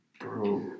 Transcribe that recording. Bro